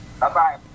Bye-bye